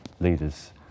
leaders